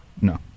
No